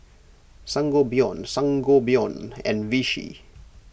Sangobion Sangobion and Vichy